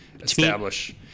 establish